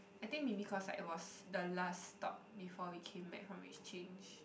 I think maybe cause like it was the last stop before we came back from exchange